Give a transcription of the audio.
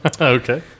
Okay